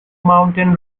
mountain